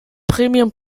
premium